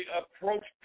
approach